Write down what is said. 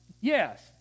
Yes